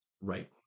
Right